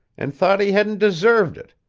and thought he hadn't deserved it,